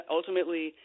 ultimately –